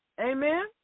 Amen